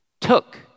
Took